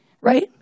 right